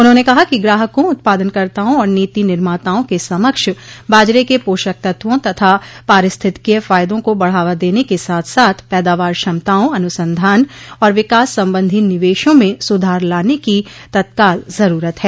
उन्होंने कहा कि ग्राहकों उत्पादनकर्ताओं और नीति निर्माताओं के समक्ष बाजरे के पोषक तत्वों तथा पारिस्थितिकीय फायदों को बढ़ावा देने के साथ साथ पैदावार क्षमताओं अनुसंधान और विकास संबंधी निवेशों में सुधार लाने की तत्काल जरूरत है